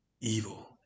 evil